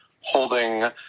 holding